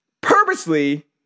purposely